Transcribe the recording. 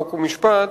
חוק ומשפט,